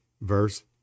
Verse